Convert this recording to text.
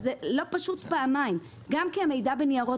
זה לא פשוט פעמיים גם כי המידע בניירות